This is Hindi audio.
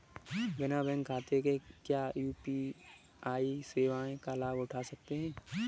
बिना बैंक खाते के क्या यू.पी.आई सेवाओं का लाभ उठा सकते हैं?